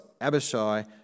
Abishai